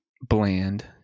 bland